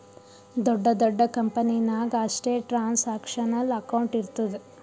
ದೊಡ್ಡ ದೊಡ್ಡ ಕಂಪನಿ ನಾಗ್ ಅಷ್ಟೇ ಟ್ರಾನ್ಸ್ಅಕ್ಷನಲ್ ಅಕೌಂಟ್ ಇರ್ತುದ್